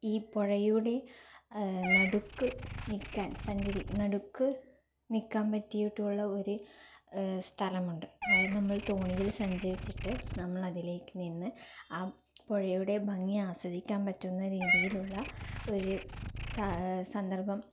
ഈ പുഴയുടെ നടുക്ക് നിൽക്കാന് സഞ്ചരി നടുക്ക് നിൽക്കാന് പറ്റിയിട്ടുള്ള ഒരു സ്ഥലമുണ്ട് അതായത് നമ്മള് തോണിയില് സഞ്ചരിച്ചിട്ട് നമ്മളതിലേക്ക് നിന്ന് ആ പുഴയുടെ ഭംഗി ആസ്വദിക്കാന് പറ്റുന്ന രീതിയിലുള്ള ഒരു സ സന്തര്ഭം